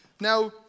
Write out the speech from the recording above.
Now